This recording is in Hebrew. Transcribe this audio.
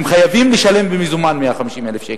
הם חייבים לשלם במזומן 150,000 שקל,